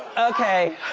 okay,